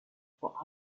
for